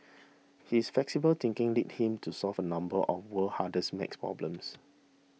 his flexible thinking led him to solve a number of world's hardest math problems